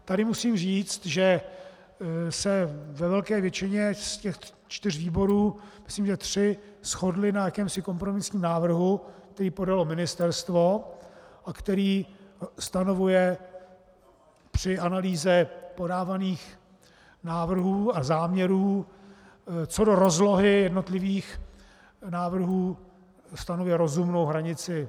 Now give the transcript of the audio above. Tady musím říct, že se ve velké většině z těch čtyř výborů myslím tři shodly na jakémsi kompromisním návrhu, který podalo ministerstvo a který stanovuje při analýze podávaných návrhů a záměrů co do rozlohy jednotlivých návrhů rozumnou hranici.